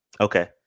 Okay